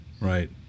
Right